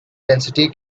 density